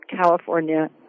California